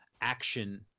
action